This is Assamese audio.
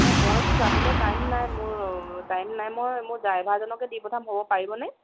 অঁ মইতো যাবলে টাইম নাই মোৰ টাইম নাই মই মোৰ ড্ৰাইভাৰজনকে দি পঠাম পাৰিবনে